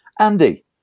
Andy